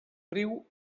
riu